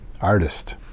artist